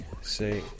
say